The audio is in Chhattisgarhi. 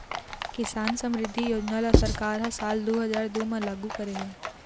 किसान समरिद्धि योजना ल सरकार ह साल दू हजार दू म लागू करे हे